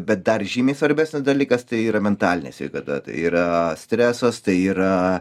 bet dar žymiai svarbesnis dalykas tai yra mentalinė sveikata yra stresas tai yra